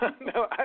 No